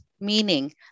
meaning